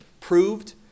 proved